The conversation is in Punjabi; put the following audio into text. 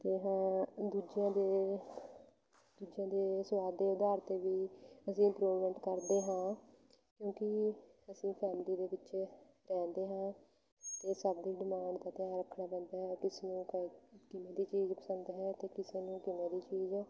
ਅਤੇ ਹਾਂ ਦੂਜਿਆਂ ਦੇ ਦੂਜਿਆਂ ਦੇ ਸੁਆਦ ਦੇ ਆਧਾਰ 'ਤੇ ਵੀ ਅਸੀਂ ਇੰਪਰੂਵਮੈਂਟ ਕਰਦੇ ਹਾਂ ਕਿਉਂਕਿ ਅਸੀਂ ਫੈਮਲੀ ਦੇ ਵਿੱਚ ਰਹਿੰਦੇ ਹਾਂ ਅਤੇ ਸਭ ਦੀ ਡਿਮਾਂਡ ਦਾ ਧਿਆਨ ਰੱਖਣਾ ਪੈਂਦਾ ਹੈ ਕਿਸੇ ਨੂੰ ਕੋਈ ਕਿਵੇਂ ਦੀ ਚੀਜ਼ ਪਸੰਦ ਹੈ ਅਤੇ ਕਿਸੇ ਨੂੰ ਕਿਵੇਂ ਦੀ ਚੀਜ਼